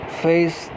face